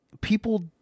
people